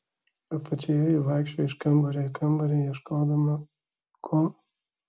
apačioje ji vaikščiojo iš kambario į kambarį ieškodama ko